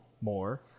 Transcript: more